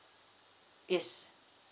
yes